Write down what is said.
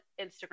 Instagram